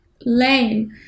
lame